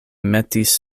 metis